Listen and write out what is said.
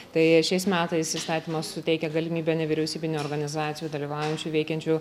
tai šiais metais įstatymas suteikia galimybę nevyriausybinių organizacijų dalyvaujančių veikiančių